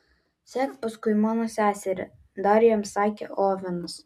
sek paskui mano seserį dar jam sakė ovenas